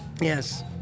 Yes